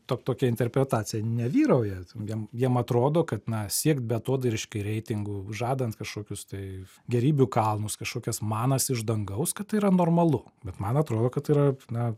tok tokia interpretacija nevyrauja jiem jiem atrodo kad na siekt beatodairiškai reitingų žadant kažkokius tai gėrybių kalnus kažkokias manas iš dangaus kad tai yra normalu bet man atrodo kad yra na